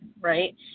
Right